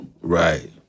Right